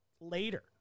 later